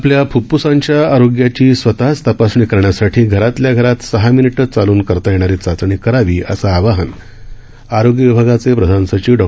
आपल्या फुफ्फुसांच्या आरोग्याची स्वतःच तपासणी करण्यासाठी घरातल्या घरात सहा मिनिटं चालून करता येणारी चाचणी करावी असं आवाहन राज्याच्या आरोग्य विभागाचे प्रधान सचिव डॉ